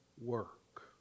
work